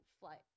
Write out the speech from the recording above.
flight